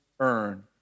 earn